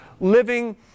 living